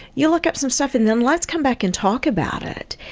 you look up some stuff and then let's come back and talk about it.